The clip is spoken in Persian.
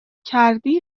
کردی